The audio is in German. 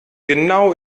genau